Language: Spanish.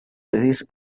dejes